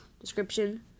description